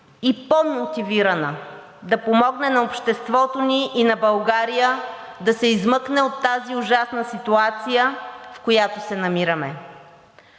и по-мотивирана да помогне на обществото ни и на България да се измъкне от тази ужасна ситуация, в която се намираме.